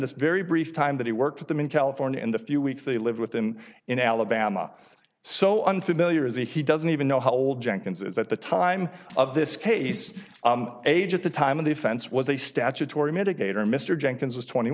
this very brief time that he worked with them in california in the few weeks they lived with him in alabama so unfamiliar as a he doesn't even know how old jenkins is at the time of this case age at the time of the offense was a statutory mitigator mr jenkins was twenty